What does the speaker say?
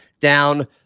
down